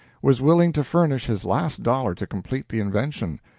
was willing to furnish his last dollar to complete the invention.